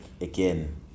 again